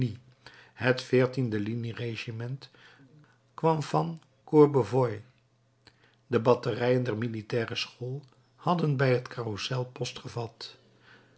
het e linieregiment kwam van courbevoie de batterijen der militaire school hadden bij het carrousel post gevat